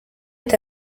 est